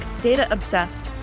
data-obsessed